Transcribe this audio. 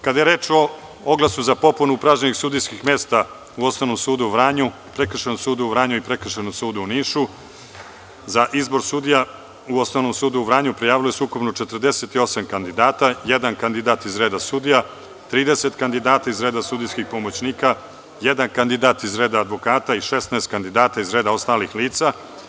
Kada je reč o oglasu za popunu upražnjenih sudijskih mesta u Osnovnom sudu u Vranju, Prekršajnom sudu u Vranju i Prekršajnom sudu u Nišu, za izbor sudija u Osnovnom sudu u Vranju prijavilo se ukupno 48 kandidata, jedan kandidat iz reda sudija, 30 kandidata iz reda sudijskih pomoćnika, jedan kandidat iz reda advokata i 16 kandidata iz reda ostalih lica.